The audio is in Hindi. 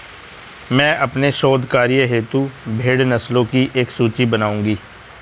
मैं अपने शोध कार्य हेतु भेड़ नस्लों की एक सूची बनाऊंगी